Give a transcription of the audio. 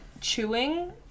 chewing